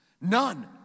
None